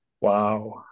Wow